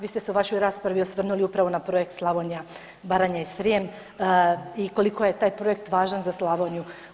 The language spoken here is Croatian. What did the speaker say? Vi ste se u vašoj raspravi osvrnuli upravo na projekt Slavonija, Baranja i Srijem i koliko je taj projekt važan za Slavoniju.